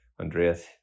Andreas